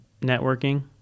networking